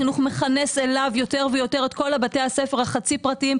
החינוך החרדי הוא איננו חינוך פרטי.